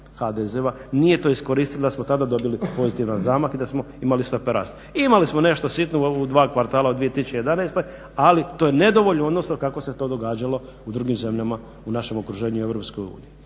HDZ-ova nije to iskoristila da smo tada dobili pozitivan zamah i da smo imali stope rasta. Imali smo nešto sitno u dva kvartala u 2011., ali to je nedovoljno u odnosu kako se to događalo u drugim zemljama u našem okruženju i